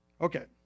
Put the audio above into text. Okay